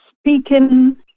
speaking